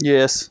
Yes